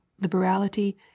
liberality